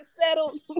settled